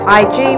ig